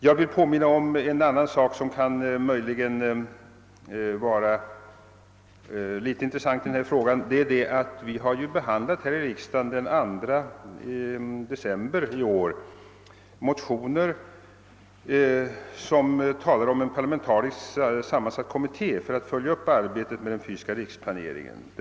Jag påminner också om en annan sak som möjligen kan vara av intresse när vi diskuterar denna fråga. Det är den omständigheten att vi den 2 december i år tog ställning till motioner med förslag om en parlamentariskt sammansatt kommitté för att följa upp arbetet med den fysiska riksplaneringen.